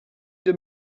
the